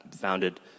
founded